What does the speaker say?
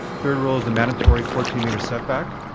third rule is the mandatory fourteen metre setback.